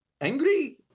Angry